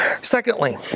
Secondly